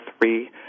three